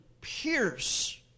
pierce